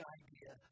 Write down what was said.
idea